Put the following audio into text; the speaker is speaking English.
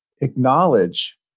acknowledge